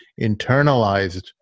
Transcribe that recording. internalized